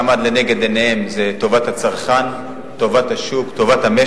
בהחלט, תודה רבה.